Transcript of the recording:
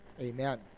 Amen